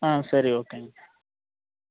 ஆ சரி ஓகேங்க